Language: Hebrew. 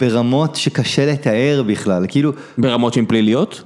ברמות שקשה לתאר בכלל, כאילו... ברמות שהן פליליות?